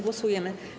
Głosujemy.